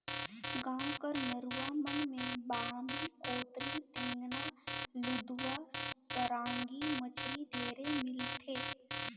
गाँव कर नरूवा मन में बांबी, कोतरी, टेंगना, लुदवा, सरांगी मछरी ढेरे मिलथे